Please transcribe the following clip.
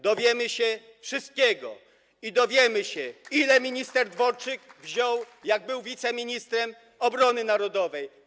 Dowiemy się wszystkiego i dowiemy się, ile minister Dworczyk wziął, jak był wiceministrem obrony narodowej.